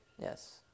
Yes